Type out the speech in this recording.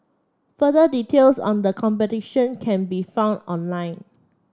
further details on the competition can be found online